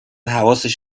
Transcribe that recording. حواسش